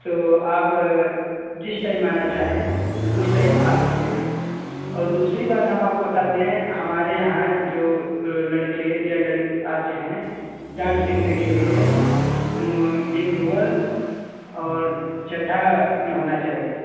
तो आप जिस टाइम आना चाहें उस टाइम आ सकते हैं औ दूसरी बात हम आपको बता दें हमारे यहाँ जो लड़के या लड़ आते हैं डांस सीखने के लिए एक लोअर और चड्डा में होना चाहिए